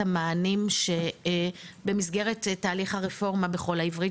המענים שבמסגרת תהליך הרפורמה בכל העברית,